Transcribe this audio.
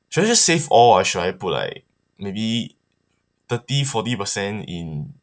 should I just save all or should I put like maybe thirty forty percent in